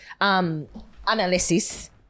Analysis